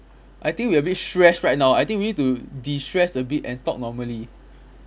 I think we a bit stress right now I think we need to de-stress a bit and talk normally